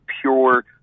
pure